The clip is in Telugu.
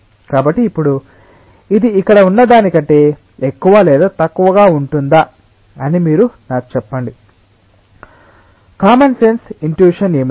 కాబట్టి ఇప్పుడు ఇది ఇక్కడ ఉన్నదానికంటే ఎక్కువ లేదా తక్కువగా ఉంటుందా అని మీరు నాకు చెప్పండి కామన్ సెన్స్ ఇంట్యుషన్ ఏమిటి